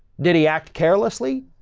did he act carelessly?